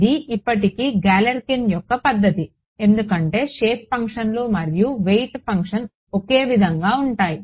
ఇది ఇప్పటికీ గాలెర్కిన్ యొక్క పద్ధతి ఎందుకంటే షేప్ ఫంక్షన్లు మరియు వెయిట్ ఫంక్షన్ ఒకే విధంగా ఉంటాయి